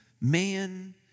man